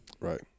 Right